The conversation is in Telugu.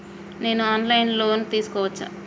నేను ఆన్ లైన్ లో లోన్ తీసుకోవచ్చా?